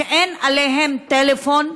שאין עליהם טלפון?